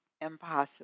impossible